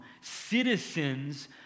citizens